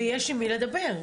ויש עם מי לדבר.